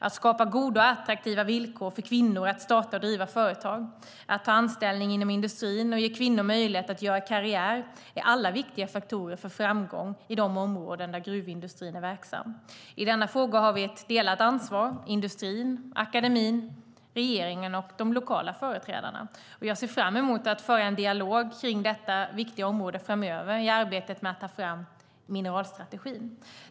Att skapa goda och attraktiva villkor för kvinnor att starta och driva företag och att ta anställning inom industrin och att ge kvinnor möjlighet att göra karriär är alla viktiga faktorer för framgång i de områden där gruvindustrin är verksam. I denna fråga har vi ett delat ansvar inom industrin, akademin, regeringen och bland de lokala företrädarna, och jag ser fram emot att föra en dialog kring detta viktiga område framöver i arbetet med att ta fram en mineralstrategi.